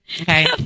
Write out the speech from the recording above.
Okay